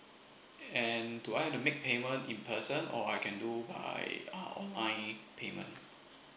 and do I have to make payment in person or I can do by uh online payment